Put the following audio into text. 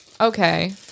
Okay